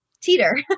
teeter